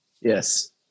Yes